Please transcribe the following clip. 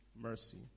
mercy